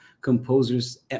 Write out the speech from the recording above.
composers